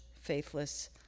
faithless